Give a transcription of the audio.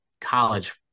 college